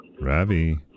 Ravi